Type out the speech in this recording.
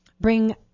bring